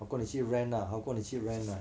好过你去 rent lah 好过你去 rent lah